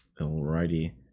Alrighty